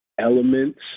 Elements